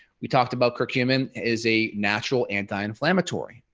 we talked about curcumin is a natural anti inflammatory.